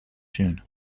june